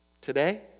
Today